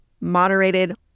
moderated